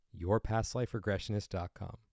yourpastliferegressionist.com